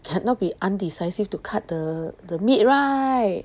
cannot be undecisive to cut the the meat right